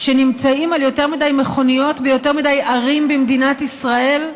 שנמצאים על יותר מדי מכוניות ביותר מדי ערים במדינת ישראל,